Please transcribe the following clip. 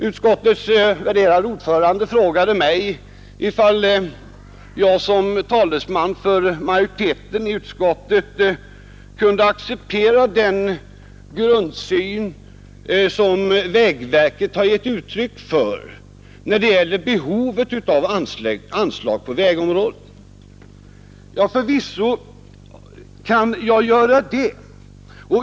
Utskottets värderade ordförande frågade mig om jag som talesman för majoriteten i utskottet kunde acceptera den grundsyn som vägverket har givit uttryck för när det gäller behovet av anslag på vägområdet. Förvisso kan jag göra det.